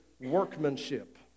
workmanship